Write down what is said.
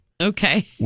Okay